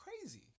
crazy